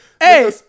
hey